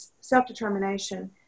self-determination